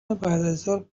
بعدازظهر